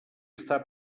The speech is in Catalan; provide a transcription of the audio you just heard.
està